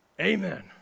Amen